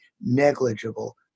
negligible